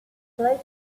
played